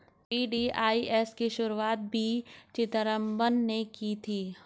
VDIS की शुरुआत P Chidambaram ने की थी